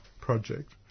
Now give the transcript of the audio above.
project